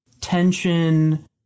tension